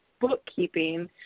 bookkeeping